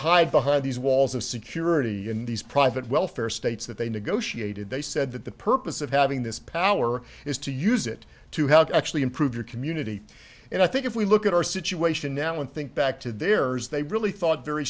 hide behind these walls of security in these private welfare states that they negotiated they said that the purpose of having this power is to use it to help actually improve your community and i think if we look at our situation now and think back to there as they really thought very